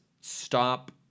stop